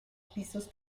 pisos